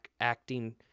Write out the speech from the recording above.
acting